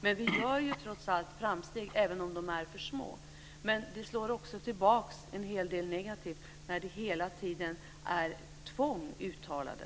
Men vi gör trots allt framsteg, även om de är för små. Vi slår också tillbaka en hel del negativt, som det blir när tvång är uttalade.